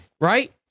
Right